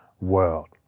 world